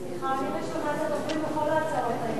אני ראשונת הדוברים בכל ההצעות היום.